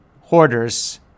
Hoarders